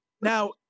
Now